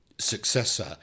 successor